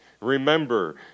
remember